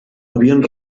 havien